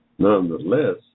Nonetheless